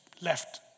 left